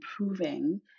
improving